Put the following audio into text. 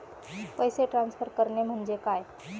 पैसे ट्रान्सफर करणे म्हणजे काय?